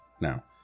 Now